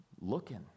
looking